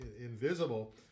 invisible